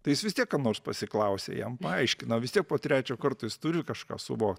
tai jis vis tiek ką nors pasiklausė jam paaiškina vis tiek po trečio karto jis turi kažką suvokt